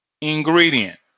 ingredient